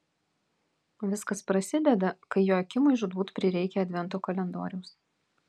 viskas prasideda kai joakimui žūtbūt prireikia advento kalendoriaus